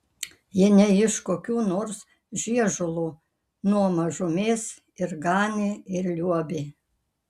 ji ne iš kokių nors žiežulų nuo mažumės ir ganė ir liuobė